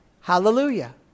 hallelujah